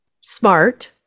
smart